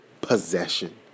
possession